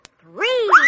three